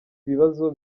bibazo